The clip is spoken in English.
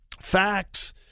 facts